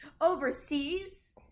overseas